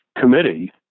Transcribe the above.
Committee